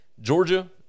Georgia